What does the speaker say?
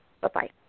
Bye-bye